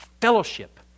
fellowship